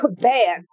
bad